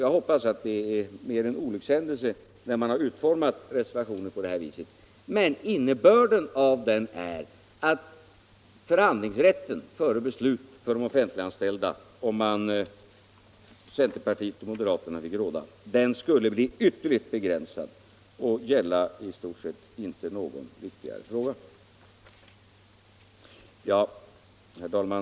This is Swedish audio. Jag hoppas att det är mest en olyckshändelse att reservationen fått den utformning den har, men innebörden av den är att förhandlingsrätten för de offentliganstäilda före beslut skulle — om centerpartiet och moderaterna får råda — bli ytterligare begränsad och i stort sett inte gälla någon viktigare fråga. Herr talman!